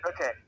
Okay